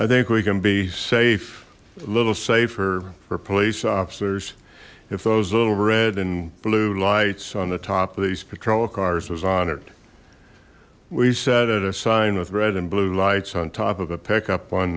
i think we can be safe a little safer for police officers if those little red and blue lights on the top of these patrol cars was honored we set at a sign with red and blue lights on top of a pickup on